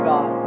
God